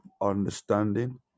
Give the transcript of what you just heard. understanding